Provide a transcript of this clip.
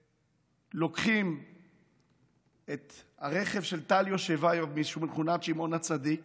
כשלוקחים את הרכב של טל יושבייב משכונת שמעון הצדיק